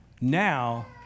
now